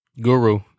Guru